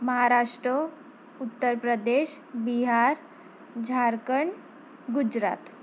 Maharashtra Uttar Pradesh Bihar Jharkhand Gujarat